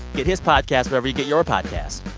get his podcast wherever you get your podcasts.